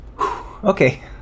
Okay